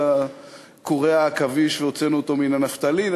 קורי העכביש והוצאנו אותו מן הנפטלין,